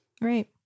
Right